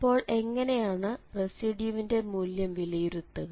അപ്പോൾ എങ്ങനെയാണ് റെസിഡ്യൂവിന്റെ മൂല്യം വിലയിരുത്തുക